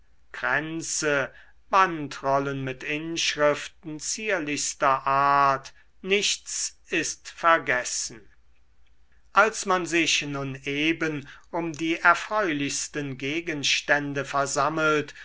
kränze bandrollen mit inschriften zierlichster art nichts ist vergessen als man sich nun eben um die erfreulichsten gegenstände versammelt